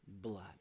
blood